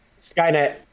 Skynet